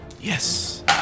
yes